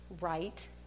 right